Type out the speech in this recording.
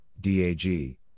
DAG